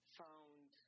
found